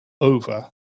over